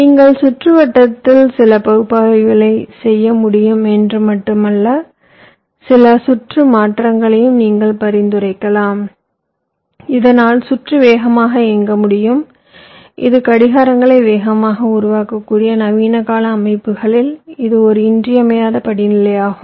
நீங்கள் சுற்றுவட்டத்தில் சில பகுப்பாய்வுகளைச் செய்ய முடியும் என்பது மட்டுமல்லாமல் சில சுற்று மாற்றங்களையும் நீங்கள் பரிந்துரைக்கலாம் இதனால் சுற்று வேகமாக இயங்க முடியும் இது கடிகாரங்களை வேகமாக உருவாக்க கூடிய நவீனகால அமைப்புகளில் இது ஒரு இன்றியமையாத படிநிலை ஆகும்